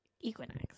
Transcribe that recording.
Equinox